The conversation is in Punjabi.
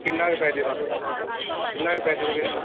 ਕਿੰਨਾ ਕੁ ਕਿੰਨਾ ਕੁ ਪੈ ਜੂਗਾ ਵੀਰੇ